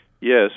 Yes